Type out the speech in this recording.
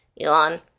Elon